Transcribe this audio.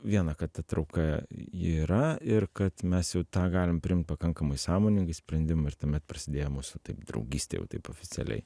viena kad ta trauka ji yra ir kad mes jau tą galim priimt pakankamai sąmoningai sprendimai ir tuomet prasidėjo mūsų taip draugystė jau taip oficialiai